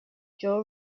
joe